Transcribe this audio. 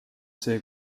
see